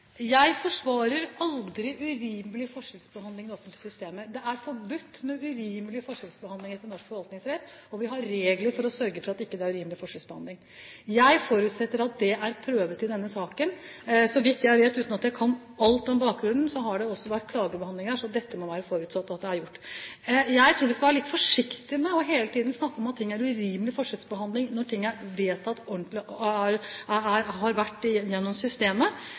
Jeg forsvarer aldri urimelig forskjellsbehandling i offentlige systemer. Det er forbudt med urimelig forskjellsbehandling etter norsk forvaltningsrett, og vi har regler for å sørge for at det ikke er urimelig forskjellsbehandling. Jeg forutsetter at det er prøvd i denne saken. Så vidt jeg vet, uten at jeg kan alt om bakgrunnen, har det også vært klagebehandling her, så dette må det være forutsatt er gjort. Jeg tror vi skal være litt forsiktige med hele tiden å snakke om at ting er urimelig forskjellsbehandling når ting er vedtatt ordentlig og har vært igjennom systemet, selv om jeg selvfølgelig aldri kan utelukke at systemet